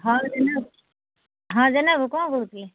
ହଁ ଜେନା ବାବୁ ବାବୁ ହଁ ଜେନା ବାବୁ କ'ଣ କହୁଥିଲେ